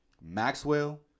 Maxwell